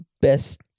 best